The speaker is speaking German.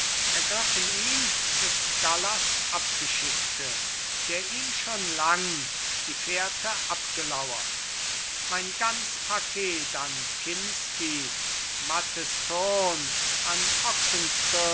ergriffen ihn des gallas abgeschickte der ihm schon lang die fährte abgelauert mein ganz paket an kinsky matthes thurn an